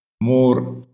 more